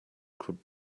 could